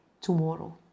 tomorrow